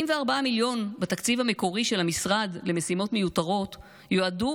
44 מיליון בתקציב המקורי של המשרד למשימות מיותרות יועדו